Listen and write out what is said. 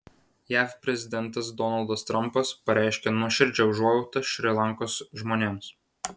jav prezidentas donaldas trampas pareiškė nuoširdžią užuojautą šri lankos žmonėms